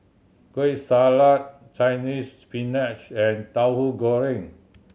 Kueh Salat Chinese Spinach and Tahu Goreng